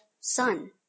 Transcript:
Sun